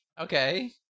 Okay